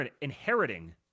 inheriting